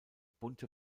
bunte